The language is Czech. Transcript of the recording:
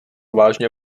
vážně